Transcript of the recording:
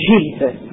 Jesus